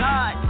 God